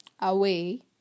away